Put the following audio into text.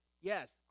Yes